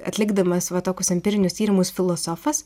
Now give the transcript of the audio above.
atlikdamas va tokius empirinius tyrimus filosofas